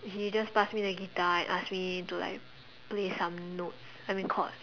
he just pass me the guitar and ask me to like play some notes I mean chord